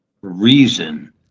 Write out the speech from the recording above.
reason